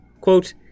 Quote